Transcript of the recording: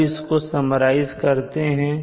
अब इसको समराइज करते हैं